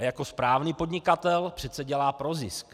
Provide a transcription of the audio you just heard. A jako správný podnikatel přece dělá pro zisk.